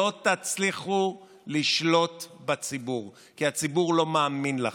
לא תצליחו לשלוט בציבור, כי הציבור לא מאמין לכם.